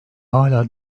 hala